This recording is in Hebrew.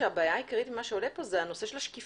לדעתי הבעיה העיקרית ממה שעולה פה היא נושא השקיפות.